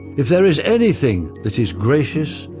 if there is anything that is gracious,